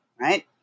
right